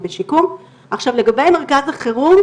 לגבי מרכז החירום,